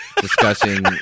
discussing